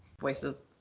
voices